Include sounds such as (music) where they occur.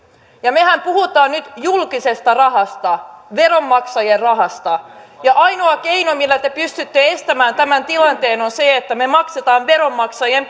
mehän puhumme nyt julkisesta rahasta veronmaksajien rahasta ja ainoa keino millä te pystytte estämään tämän tilanteen on se että me maksamme veronmaksajien (unintelligible)